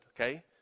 okay